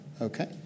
okay